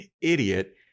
idiot